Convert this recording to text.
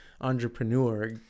entrepreneur